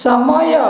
ସମୟ